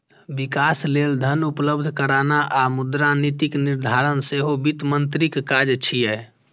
विकास लेल धन उपलब्ध कराना आ मुद्रा नीतिक निर्धारण सेहो वित्त मंत्रीक काज छियै